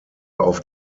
auf